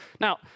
Now